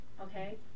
Okay